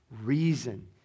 reason